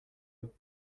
eux